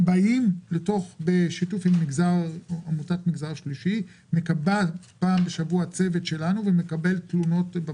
בשיתוף עם עמותת המגזר השלישי מגיע לשם צוות פעם בשבוע ומקבל תלונות.